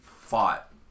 fought